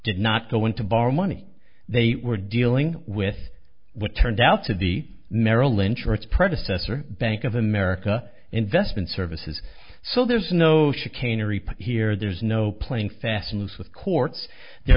did not go in to borrow money they were dealing with what turned out to the merrill lynch or its predecessor bank of america investment services so there's no chicanery here there's no playing fast and loose with courts